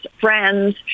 friends